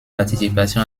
participation